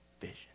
vision